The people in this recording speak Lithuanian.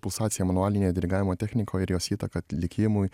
pulsacija manualinėje dirigavimo technikoj ir jos įtaka atlikimui